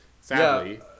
sadly